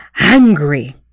angry